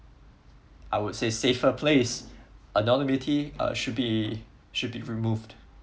I would say safer place anonymity uh should be should be removed